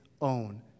own